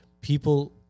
people